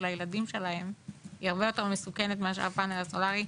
הילדים שלהם היא הרבה יותר מסוכנת מאשר הפנל הסולרי,